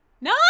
No